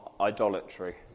idolatry